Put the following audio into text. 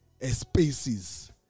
spaces